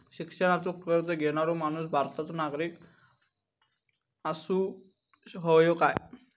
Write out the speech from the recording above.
शिक्षणाचो कर्ज घेणारो माणूस भारताचो नागरिक असूक हवो काय?